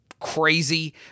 crazy